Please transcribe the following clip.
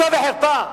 בושה וחרפה.